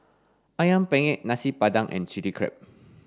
ayam penyet nasi padang and chili crab